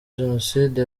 jenoside